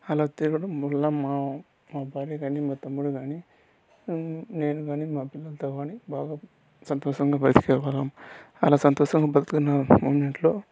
అలా తిరగడం వల్ల మా భార్య కానీ మా నా తమ్ముడు గానీ నేను కానీ మా పిల్లలతో కానీ బాగా సంతోషంగా బతికేవాళ్ళం అలా సంతోషంగా బతికే మూమెంట్లో